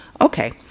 Okay